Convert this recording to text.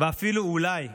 ואפילו אולי משום,